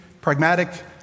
pragmatic